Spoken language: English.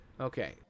Okay